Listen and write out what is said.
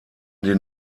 den